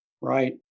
Right